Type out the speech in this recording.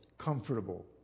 comfortable